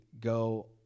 go